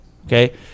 Okay